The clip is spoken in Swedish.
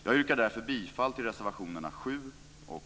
Jag yrkar därför bifall till reservationerna 7 och